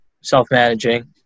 self-managing